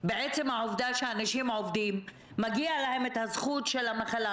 מעצם העובדה שאנשים עובדים מגיעה להם הזכות של ימי מחלה.